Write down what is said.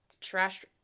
trash